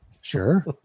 Sure